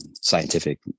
Scientific